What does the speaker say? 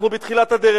אנחנו בתחילת הדרך.